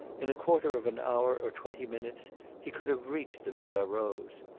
in a quarter of an hour or twenty minutes he could have reached the villa rose.